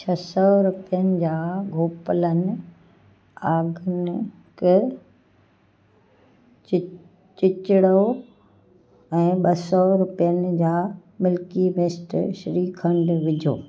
छह सौ रुपियनि जा गोपिलन आग नि क चि चिचिडो ऐं ॿ सौ रुपियनि जा मिल्की मिस्ट श्रीखंड विझो